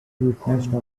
witnessed